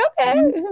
Okay